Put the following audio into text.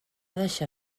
deixar